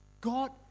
God